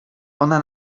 ona